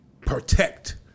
protect